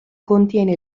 contiene